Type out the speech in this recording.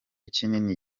kinini